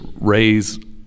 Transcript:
raise